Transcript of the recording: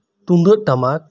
ᱛᱩᱢᱫᱟᱹᱜ ᱴᱟᱢᱟᱠ